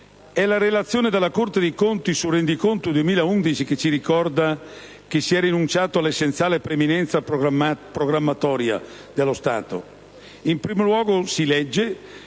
È la relazione della Corte dei conti sul rendiconto 2011 che ci ricorda che si è rinunciato all'essenziale preminenza programmatoria dello Stato. In primo luogo - si legge